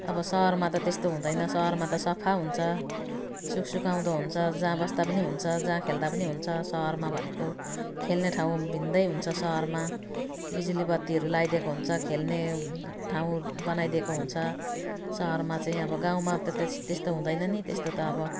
अब सहरमा त त्यस्तो हुँदैन सहरमा त सफा हुन्छ सुकसुकाउँदो हुन्छ जहाँ बस्दा पनि हुन्छ जहाँ खेल्दा पनि हुन्छ सहरमा भनेको खेल्ने ठाउँ भिन्न हुन्छ सहरमा बिजुली बत्तीहरू लगाइदिएको हुन्छ खेल्ने ठाउँ बनाइदिएको हुन्छ सहरमा चाहिँ अब गाउँमा त त्यस त्यस्तो हुँदैन नि त्यस्तो त अब